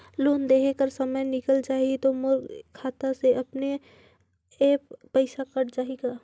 Loan देहे कर समय निकल जाही तो मोर खाता से अपने एप्प पइसा कट जाही का?